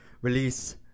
release